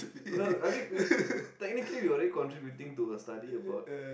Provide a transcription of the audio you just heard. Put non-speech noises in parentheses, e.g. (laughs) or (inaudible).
(laughs) I mean we technically we already contributing to a study about